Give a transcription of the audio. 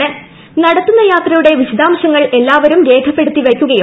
നൂടത്തുന്ന യാത്രയുടെ വിശദാംശങ്ങൾ എല്ലാവരും രേഖപ്പെടുത്ത്കിവിയ്ക്കുകയും